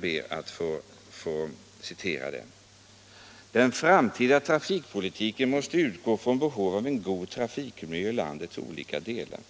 vi läsa: ”Den framtida trafikpolitiken måste utgå från behovet av en god trafikmiljö i landets olika delar.